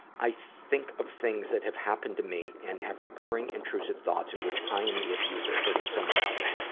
i think of things that have happened to me and have recurring intrusive thoughts in which i am the abuser hurting someone else.